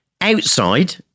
outside